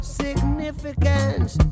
significance